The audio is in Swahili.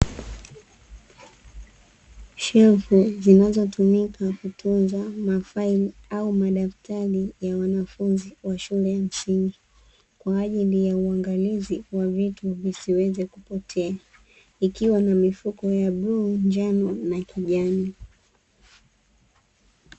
Shelfu zinazotumika kutunza mafaili au madaftari ya wanafunzi wa shule ya msingi kwaajili ya uangalizi na vitu visiweze kupotea. Ikiwa na mifuko ya bluu, njano na kijani.